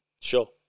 Sure